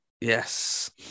Yes